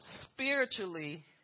spiritually